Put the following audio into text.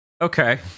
Okay